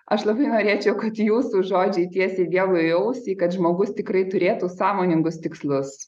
aš labai norėčiau kad jūsų žodžiai tiesiai dievui į ausį kad žmogus tikrai turėtų sąmoningus tikslus